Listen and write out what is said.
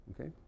Okay